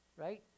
right